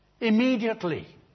immediately